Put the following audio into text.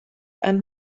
and